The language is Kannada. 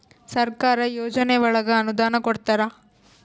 ಸರ್ಕಾರ ಯೋಜನೆ ಒಳಗ ಅನುದಾನ ಕೊಡ್ತಾರ